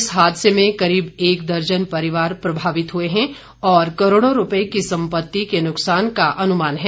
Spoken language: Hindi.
इस हादसे में करीब एक दर्जन परिवार प्रभावित हुए हैं और करोड़ों रूपए की संपत्ति के नुकसान का अनुमान है